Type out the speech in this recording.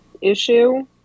issue